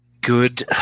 good